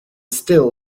still